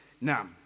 Now